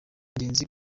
ingenzi